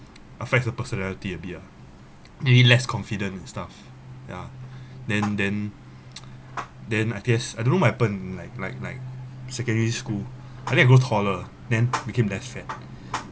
affects the personality a bit lah maybe less confident and stuff yeah then then then I guess I don't know what happen like like like secondary school I think I grow taller then became less fat